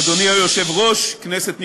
אדוני היושב-ראש, כנסת נכבדה,